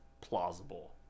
plausible